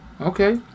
Okay